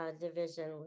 division